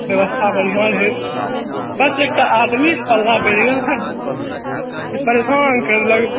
व्यवस्था बढिआँ रहै बस एकटा आदमीसँ पल्ला पड़ि गेल रहय जे परेशान करि देलक